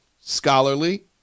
scholarly